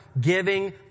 giving